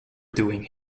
doing